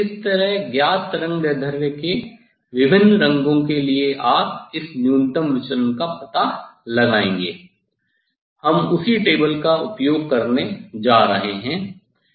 तो इस तरह ज्ञात तरंगदैर्ध्य के विभिन्न रंगों के लिए हम इस न्यूनतम विचलन का पता लगाएंगे हम समान टेबल का उपयोग करने जा रहे हैं